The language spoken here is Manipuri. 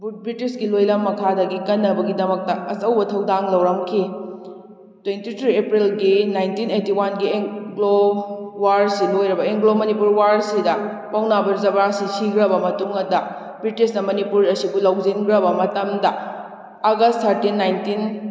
ꯕ꯭ꯔꯤꯇꯤꯁꯀꯤ ꯂꯣꯏꯂꯝ ꯃꯈꯥꯗꯒꯤ ꯀꯟꯅꯕꯒꯤꯗꯃꯛꯇ ꯑꯆꯧꯕ ꯊꯧꯗꯥꯡ ꯂꯧꯔꯝꯈꯤ ꯇ꯭ꯌꯦꯟꯇꯤ ꯊ꯭ꯔꯤ ꯑꯦꯄ꯭ꯔꯤꯜꯒꯤ ꯅꯥꯏꯟꯇꯤꯟ ꯑꯥꯏꯇꯤ ꯋꯥꯟꯒꯤ ꯑꯦꯡꯒ꯭ꯂꯣ ꯋꯥꯔꯁꯤ ꯂꯣꯏꯔꯕ ꯑꯦꯡꯒ꯭ꯂꯣ ꯃꯅꯤꯄꯨꯔ ꯋꯥꯔꯁꯤꯗ ꯄꯥꯎꯅꯥ ꯕ꯭ꯔꯖꯕꯥꯁꯤ ꯁꯤꯈ꯭ꯔꯕ ꯃꯇꯨꯡꯗꯨꯗ ꯕ꯭ꯔꯤꯇꯤꯁꯅ ꯃꯅꯤꯄꯨꯔ ꯑꯁꯤꯕꯨ ꯂꯧꯁꯤꯟꯈ꯭ꯔꯕ ꯃꯇꯝꯗ ꯑꯥꯒꯁ ꯊꯥꯔꯇꯤꯟ ꯅꯤꯏꯟꯇꯤꯟ